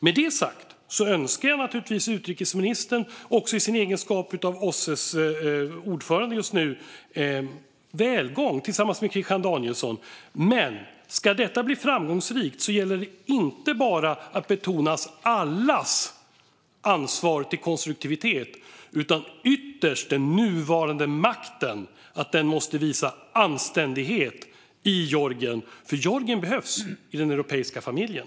Med det sagt önskar jag naturligtvis utrikesministern också i hennes egenskap av OSSE:s ordförande just nu välgång tillsammans med Christian Danielsson. Men om detta ska bli framgångsrikt gäller det att inte bara betona allas ansvar för konstruktivitet utan ytterst den nuvarande maktens och att den måste visa anständighet i Georgien. För Georgien behövs i den europeiska familjen.